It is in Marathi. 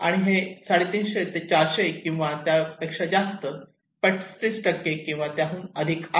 आणि हे 350 ते 450 किंवा त्यापेक्षा जास्त 35 किंवा त्याहून अधिक आहे